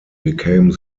became